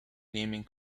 naming